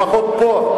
לפחות פה?